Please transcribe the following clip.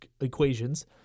equations